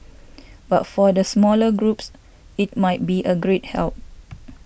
but for the smaller groups it might be a great help